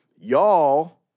y'all